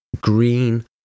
green